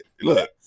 Look